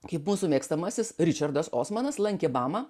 kaip mūsų mėgstamasis ričardas osmanas lankė mamą